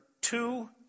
two